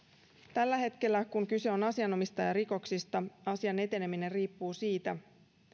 tällä hetkellä kun kyse on asianomistajarikoksista asian eteneminen riippuu siitä